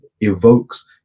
evokes